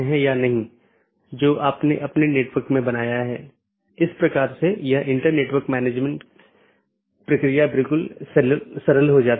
तो एक BGP विन्यास एक ऑटॉनमस सिस्टम का एक सेट बनाता है जो एकल AS का प्रतिनिधित्व करता है